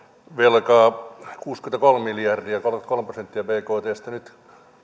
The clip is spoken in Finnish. velkaa kuusikymmentäkolme miljardia kolmekymmentäkolme prosenttia bktsta nyt